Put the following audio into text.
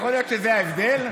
יכול להיות שזה ההבדל,